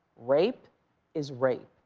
rape is rape.